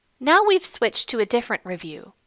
now we have switched to a different review,